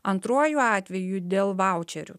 antruoju atveju dėl vaučerių